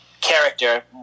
character